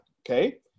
Okay